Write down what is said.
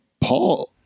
Paul